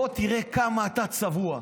בוא תראה כמה אתה צבוע.